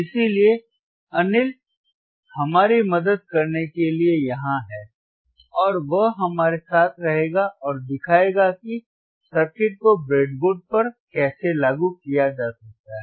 इसलिए अनिल हमारी मदद करने के लिए यहां हैं और वह हमारे साथ रहेगा और दिखाएगा कि सर्किट को ब्रेडबोर्ड पर कैसे लागू किया जा सकता है